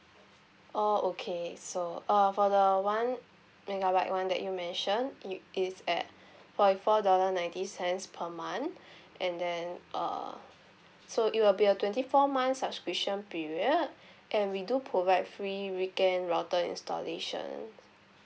oh okay so uh for the one megabyte [one] that you mention it is at forty four dollar ninety cents per month and then uh so it will be a twenty four months subscription period and we do provide free weekend router installation